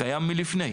קיים לפני.